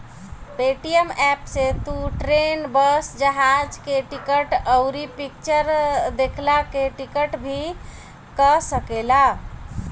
Paytm app से तू train, bus, जहाज के टिकट, अउरी फिक्चर देखला के टिकट भी कअ सकेला